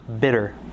bitter